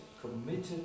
committed